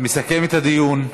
מסכם את הדיון,